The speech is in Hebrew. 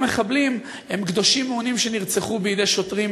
מחבלים הם קדושים מעונים שנרצחו בידי שוטרים,